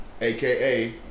AKA